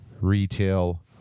retail